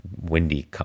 windy